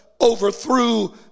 overthrew